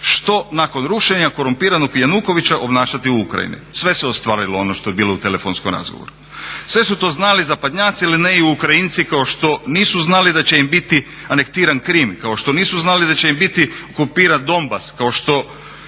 što nakon rušenja korumpiranog Janukoviča obnašati u Ukrajini. Sve se ostvarilo ono što je bilo u telefonskom razgovoru. Sve su to znali zapadnjaci ili ne i Ukrajinci kao što nisu znali da će im biti anektiran Krim, kao što nisu znali da će im biti okupiran Donbass, kao što